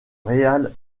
real